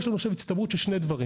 כאן יש לנו הצטברות של שני דברים.